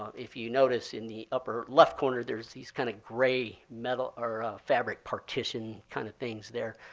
if you notice in the upper left corner, there's these kind of gray metal or fabric partition kind of things there.